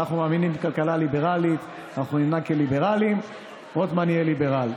אנחנו מאמינים בכלכלה ליברלית, רוטמן יהיה ליברל.